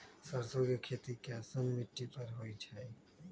सरसों के खेती कैसन मिट्टी पर होई छाई?